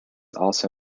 also